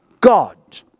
God